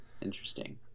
Interesting